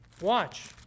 Watch